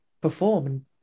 perform